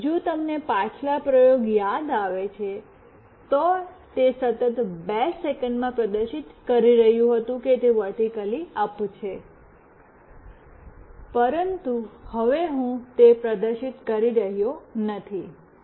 હવે જો તમને પાછલા પ્રયોગમાં યાદ આવે છે તો તે સતત 2 સેકંડમાં પ્રદર્શિત કરી રહ્યું હતું કે તે વર્ટિક્લી અપ છે પરંતુ હવે હું તે પ્રદર્શિત કરી રહ્યો નથી